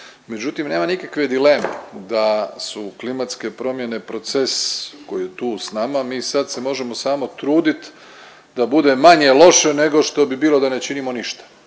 Međutim, nema nikakva dileme da su klimatske promjene proces koji je tu s nama, mi sad se možemo samo trudit da bude manje loše nego što bi bilo da ne činimo ništa.